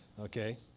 okay